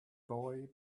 boy